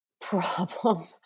problem